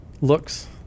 looks